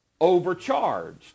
overcharged